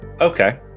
Okay